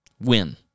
Win